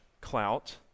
clout